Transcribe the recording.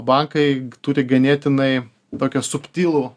bankai turi ganėtinai tokią subtilų